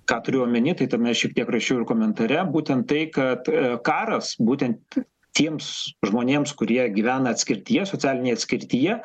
ką turiu omeny tai tame šiek tiek rašiau ir komentare būtent tai kad karas būtent tiems žmonėms kurie gyvena atskirtyje socialinėje atskirtyje